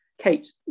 Kate